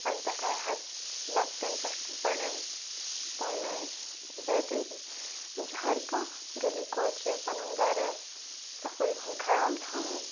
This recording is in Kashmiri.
تَنہٕ پیٚٹھ آیہِ ہر لَکٹیٚن پیٚٹھ بَڑین تانۍ آیہِ بے دٲری وۄنۍ چھُ ہر کانٛہہ گلی کوچہِ پَنُن گَرٕ صَفٲیی ہُنٛد خَیال تھاوان